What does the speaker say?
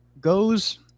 goes